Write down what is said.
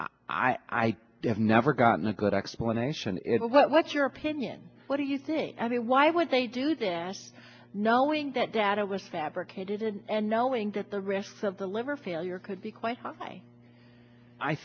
way i have never gotten a good explanation what's your opinion what do you think i mean why would they do this knowing that data was fabricated and knowing that the risks of the liver failure could be quite high i